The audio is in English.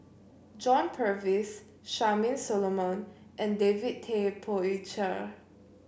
John Purvis Charmaine Solomon and David Tay Poey Cher